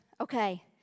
Okay